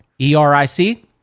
E-R-I-C